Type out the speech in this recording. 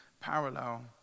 parallel